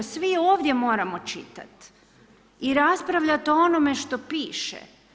Svi ovdje moramo čitat i raspravljat o onome što piše.